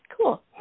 Cool